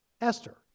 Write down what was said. Esther